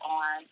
on